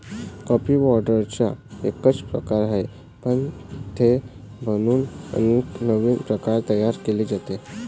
coffee पावडरचा एकच प्रकार आहे, पण ते बनवून अनेक नवीन प्रकार तयार केले जातात